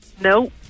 no